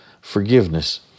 Forgiveness